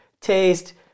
taste